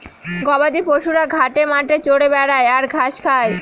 গবাদি পশুরা ঘাটে মাঠে চরে বেড়ায় আর ঘাস খায়